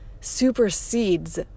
supersedes